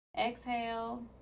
Exhale